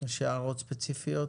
יש הערות ספציפיות?